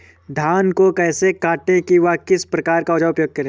धान को कैसे काटे व किस औजार का उपयोग करें?